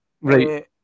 Right